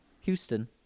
Houston